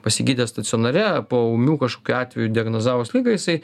pasigydė stacionare po ūmių kažkokių atvejų diagnozavus ligą jisai